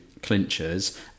clinchers